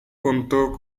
contó